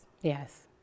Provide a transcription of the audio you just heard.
Yes